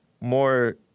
more-